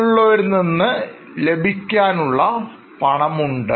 മറ്റുള്ളവരിൽ നിന്ന് ലഭിക്കാനുള്ള ഉള്ള പണം ഉണ്ട്